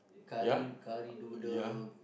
curry curry noodle